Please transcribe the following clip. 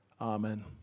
Amen